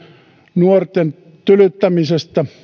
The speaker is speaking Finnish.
nuorten tylyttämisestä